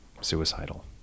suicidal